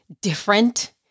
different